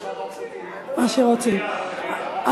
מליאה, מליאה.